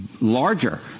larger